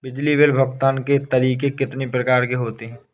बिजली बिल भुगतान के तरीके कितनी प्रकार के होते हैं?